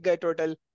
total